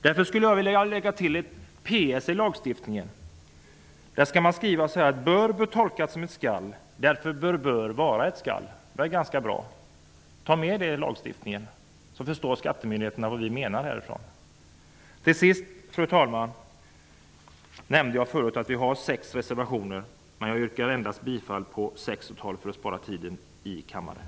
Därför skulle jag vilja lägga till ett PS i lagstiftningen, där det skall stå: ''Bör'' bör tolkas som ''skall'', och därför bör ''bör'' vara ''skall''. Det är ganska bra. Ta med det i lagstiftningen, så skattemyndigheterna förstår vad vi i riksdagen menar! Fru talman! Jag nämnde att vi har sex reservationer, men jag yrkar bifall till endast reservationerna 6 och 12, för att spara tid i kammaren.